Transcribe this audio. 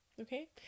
Okay